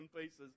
pieces